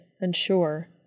unsure